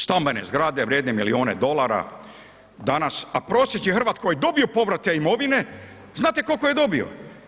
Stambene zgrade vrijedne milijune dolara danas, a prosječni Hrvat koji je dobio povrat te imovine znate koliko je dobio?